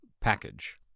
package